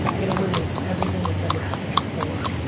it eliminates everything that has ever happened before.